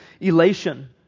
elation